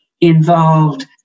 involved